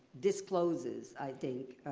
discloses, i think,